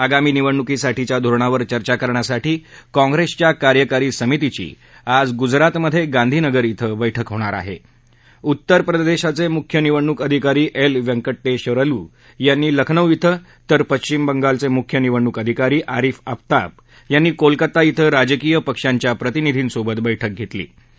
आगामी निवडणुकीसाठीच्या धोरणावर चर्चा करण्यासाठी काँग्रस्टिया कार्यकारी समितीची आज गुतरातमध्यशिधीनगर शिं बैठक होणार आहा उत्तरप्रदर्शीच मुख्य निवडणूक अधिकारी एल वेंकटक्रिलू यांनी लखनौ शिं तर पश्विम बंगालच मुख्य निवडणूक अधिकारी आरिफ आफताब यांनी कोलकता क्रि राजकीय पक्षांच्या प्रतिनिधींसोबत बैठक घस्त्रीी